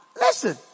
Listen